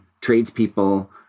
tradespeople